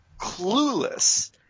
clueless